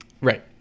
Right